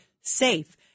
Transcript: safe